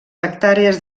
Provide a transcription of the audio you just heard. hectàrees